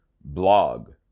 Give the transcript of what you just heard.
Blog